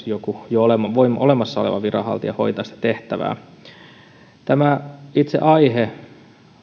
joku jo olemassa oleva viranhaltija hoitaa tämä itse aihe